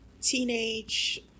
Teenage